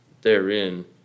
therein